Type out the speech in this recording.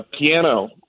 Piano